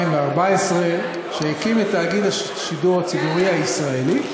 שהקים את תאגיד השידור הציבורי הישראלי.